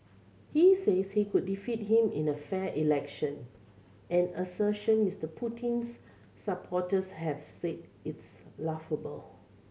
he says he could defeat him in a fair election an assertion Mister Putin's supporters have said its laughable